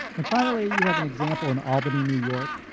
and finally, you have an example in albany, new york,